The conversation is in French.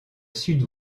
sud